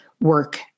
work